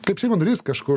kaip seimo narys kažkur